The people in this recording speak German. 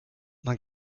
man